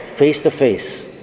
face-to-face